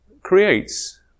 creates